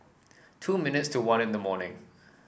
two minutes to one in the morning